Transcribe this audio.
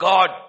God